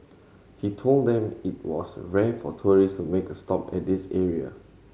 he told them it was rare for tourist to make a stop at this area